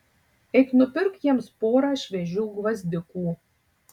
eik nupirk jiems porą šviežių gvazdikų